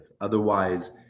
Otherwise